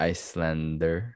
Icelander